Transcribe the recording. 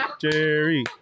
Jerry